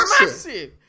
massive